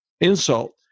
insult